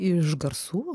iš garsų